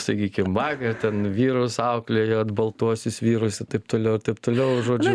sakykim vakar ten vyrus auklėjot baltuosius vyrus ir taip toliau ir taip toliau žodžiu